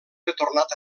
retornat